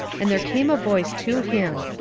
and there came a voice to him,